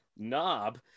knob